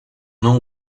não